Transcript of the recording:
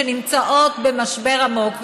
שנמצאות במשבר עמוק,